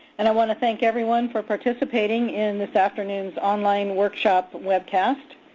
and i want to thank everyone for participating in this afternoon's online workshop webcast.